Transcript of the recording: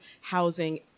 housing